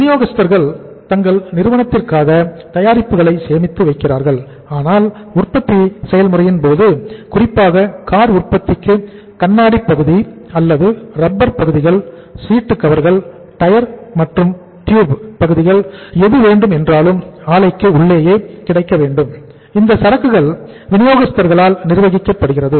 விநியோகஸ்தர்கள் தங்கள் நிறுவனத்திற்காக தயாரிப்புகளை சேமித்து வைக்கிறார்கள் ஆனால் உற்பத்தி செயல்முறையின் போது குறிப்பாக கார் உற்பத்திக்கு கண்ணாடி பகுதி அல்லது ரப்பர் பகுதிகள் சீட்டு கவர்கள் பகுதிகள் எது வேண்டும் என்றாலும் ஆலைக்கு உள்ளே கிடைக்க வேண்டும் இந்த சரக்குகள் வினியோகஸ்தர்களால் நிர்வகிக்கப்படுகிறது